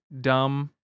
dumb